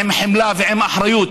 עם חמלה ועם אחריות,